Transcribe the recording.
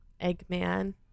Eggman